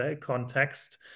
context